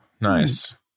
nice